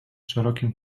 szerokim